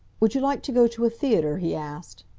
would you like to go to a theatre? he asked.